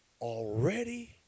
already